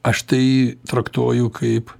aš tai traktuoju kaip